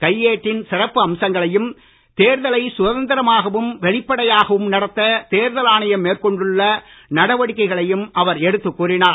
கையேட்டின் சிறப்பு அம்சங்களையும் தேர்தலை சுதந்திரமாகவும் வெளிப்படையாகவும் நடத்த தேர்தல் ஆணையம் மேற்கொண்டுள்ள நடவடிக்கைகளையும் அவர் எடுத்துக் கூறினார்